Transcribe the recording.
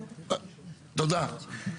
תודה.